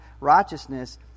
righteousness